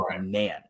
man